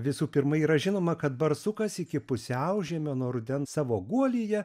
visų pirma yra žinoma kad barsukas iki pusiaužiemio nuo rudens savo guolyje